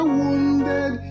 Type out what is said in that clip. wounded